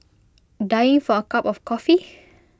dying for A cup of coffee